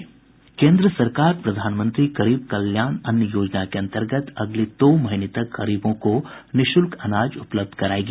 केंद्र सरकार प्रधानमंत्री गरीब कल्याण अन्न योजना के अन्तर्गत अगले दो महीने तक गरीबों को निःशुल्क अनाज उपलब्ध कराएगी